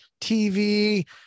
TV